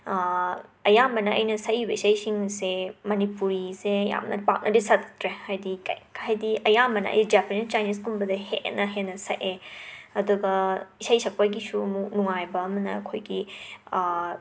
ꯑꯌꯥꯝꯕꯅ ꯑꯩꯅ ꯁꯛꯏꯕ ꯏꯁꯩꯁꯤꯡꯁꯤ ꯃꯥꯅꯤꯄꯨꯔꯤꯁꯤ ꯌꯥꯝꯅ ꯄꯥꯛꯅꯗꯤ ꯁꯛꯇ꯭ꯔꯦ ꯍꯥꯏꯗꯤ ꯀꯩ ꯍꯥꯏꯗꯤ ꯑꯌꯥꯝꯕꯅ ꯑꯩ ꯖꯦꯄꯅꯤꯁ ꯆꯥꯏꯅꯤꯁꯀꯨꯝꯕꯗ ꯍꯦꯟꯅ ꯍꯦꯟꯅ ꯁꯛꯑꯦ ꯑꯗꯨꯒ ꯏꯁꯩ ꯁꯛꯄꯒꯤꯁꯨ ꯑꯃꯨꯛ ꯅꯨꯡꯉꯥꯏꯕ ꯑꯃꯅ ꯑꯩꯈꯣꯏꯒꯤ